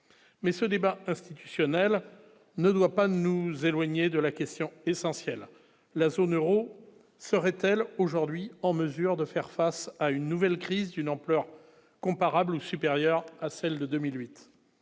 mais ce débat institutionnel ne doit pas nous éloigner de la question essentielle : la zone Euro serait-elle aujourd'hui en mesure de faire face à une nouvelle crise d'une ampleur comparable ou supérieure à celle de 2008